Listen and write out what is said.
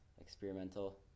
experimental